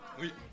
Oui